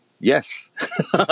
Yes